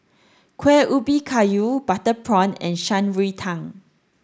Kueh Ubi Kayu butter prawn and Shan Rui Tang